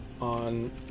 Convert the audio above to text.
on